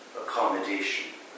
accommodation